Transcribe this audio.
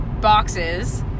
boxes